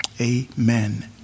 Amen